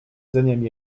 dzeniem